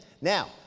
Now